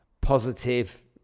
positive